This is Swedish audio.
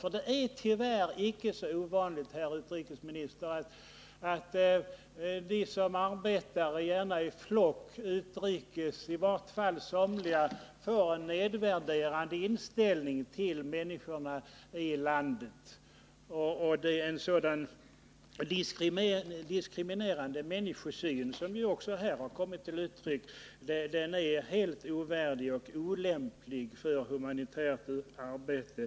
Det är nämligen tyvärr icke så ovanligt, herr utrikesminister, att bland dem som arbetar utomlands så att säga i flock finns de som har en nedvärderande inställning till människorna i landet. Det är ju en sådan diskriminerande människosyn som har kommit till uttryck här, och den är helt ovärdig och olämplig för personal som utför humanitärt arbete.